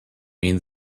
mean